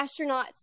astronauts